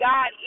God